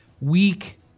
weak